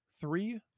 Three